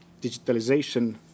digitalization